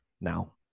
now